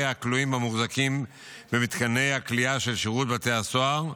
הכלואים המוחזקים במתקני הכליאה של שירות בתי הסוהר.